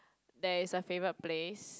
there is a favourite place